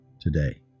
today